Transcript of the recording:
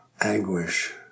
anguish